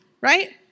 right